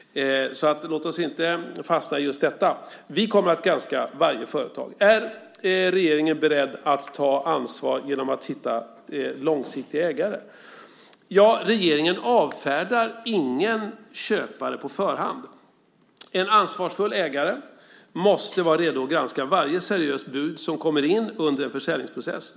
Låt oss därför inte fastna i just detta. Vi kommer att granska varje företag. Är regeringen beredd att ta ansvar genom att hitta långsiktiga ägare undrar Thomas Östros. Ja, regeringen avfärdar ingen köpare på förhand. En ansvarsfull ägare måste vara redo att granska varje seriöst bud som kommer in under försäljningsprocessen.